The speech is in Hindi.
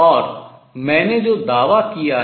और मैंने जो दावा किया है